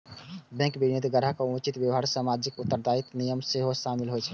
bank विनियमन मे ग्राहक सं उचित व्यवहार आ सामाजिक उत्तरदायित्वक नियम सेहो शामिल होइ छै